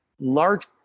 large